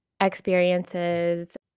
experiences